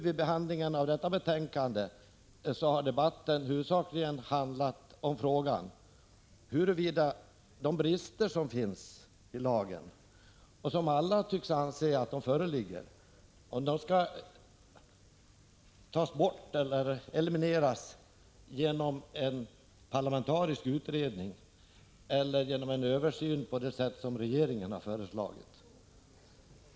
Vid behandlingen av det nu förevarande betänkandet har debatten huvudsakligen gällt frågan huruvida de brister som finns i lagen och som alla tycks anse föreligger skall elimineras genom en parlamentarisk utredning eller genom en sådan översyn som regeringen har föreslagit.